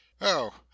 Oh